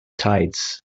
tides